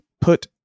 put